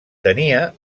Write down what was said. tenia